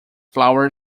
flower